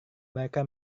mereka